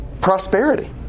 prosperity